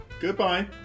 Goodbye